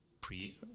pre-